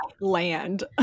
land